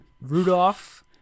Rudolph